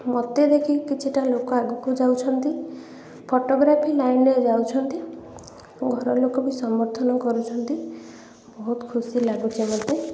ମୋତେ ଦେଖି କିଛିଟା ଲୋକ ଆଗକୁ ଯାଉଛନ୍ତି ଫୋଟୋଗ୍ରାଫି ଲାଇନ୍ରେ ଯାଉଛନ୍ତି ଘର ଲୋକ ବି ସମର୍ଥନ କରୁଛନ୍ତି ବହୁତ ଖୁସି ଲାଗୁଛି ମୋତେ